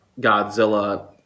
Godzilla